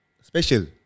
special